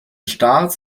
staats